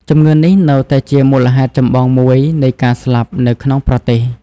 ជំងឺនេះ នៅតែជាមូលហេតុចម្បងមួយនៃការស្លាប់នៅក្នុងប្រទេស។